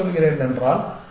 நான் என்ன சொல்கிறேன் என்றால்